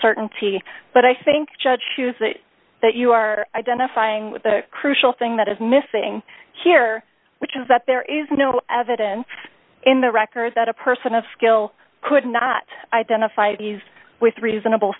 certainty but i think judge shoes that you are identifying with the crucial thing that is missing here which is that there is no evidence in the record that a person of skill could not identify these with reasonable